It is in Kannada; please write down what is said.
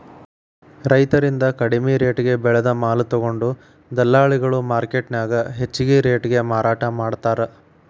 ರೈತರಿಂದ ಕಡಿಮಿ ರೆಟೇಗೆ ಬೆಳೆದ ಮಾಲ ತೊಗೊಂಡು ದಲ್ಲಾಳಿಗಳು ಮಾರ್ಕೆಟ್ನ್ಯಾಗ ಹೆಚ್ಚಿಗಿ ರೇಟಿಗೆ ಮಾರಾಟ ಮಾಡ್ತಾರ